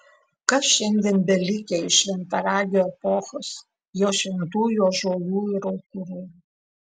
kas šiandien belikę iš šventaragio epochos jos šventųjų ąžuolų ir aukurų